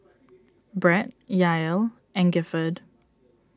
Brett Yael and Gifford